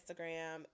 Instagram